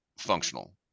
functional